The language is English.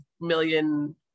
million